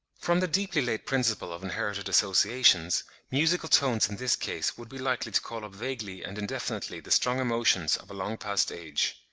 from the deeply-laid principle of inherited associations, musical tones in this case would be likely to call up vaguely and indefinitely the strong emotions of a long-past age.